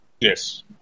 Yes